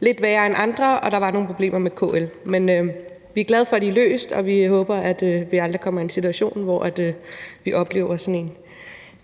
lidt værre end andre, og der var nogle problemer med KL. Men vi er glade for, at problemerne er løst, og vi håber, at vi aldrig kommer i en situation, hvor vi oplever sådan en